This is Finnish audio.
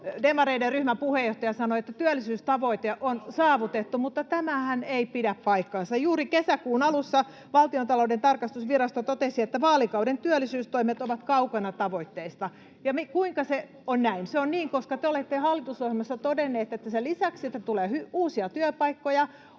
demareiden ryhmäpuheenjohtaja sanoi, että työllisyystavoite on saavutettu, mutta tämähän ei pidä paikkaansa. [Antti Lindtman pyytää vastauspuheenvuoroa] Juuri kesäkuun alussa Valtiontalouden tarkastusvirasto totesi, että vaalikauden työllisyystoimet ovat kaukana tavoitteista. Ja kuinka se on näin? Se on niin, koska te olette hallitusohjelmassa todenneet, että sen lisäksi, että tulee uusia työpaikkoja,